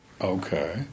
Okay